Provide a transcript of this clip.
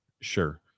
Sure